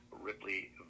Ripley